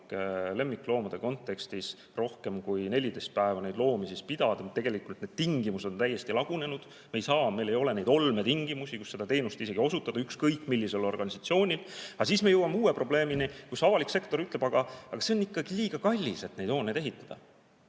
lemmikloomade kontekstis osutada ega rohkem kui 14 päeva neid loomi pidada. Tingimused on täiesti lagunenud, me ei saa, meil ei ole neid olmetingimusi, kus seda teenust isegi osutada, ükskõik millisel organisatsioonil. Aga siis me jõuame uue probleemini, kus avalik sektor ütleb: aga see on ikkagi liiga kallis, et neid hooneid ehitada.